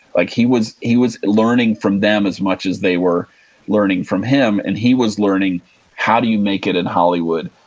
like he was he was learning from them as much as they were learning from him and he was learning how do you make it in hollywood,